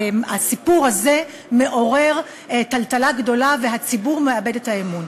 הסיפור הזה מעורר טלטלה גדולה והציבור מאבד את האמון.